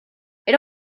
era